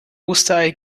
osterei